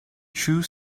true